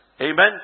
Amen